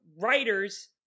writers